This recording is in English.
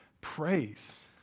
praise